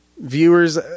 viewers